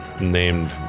named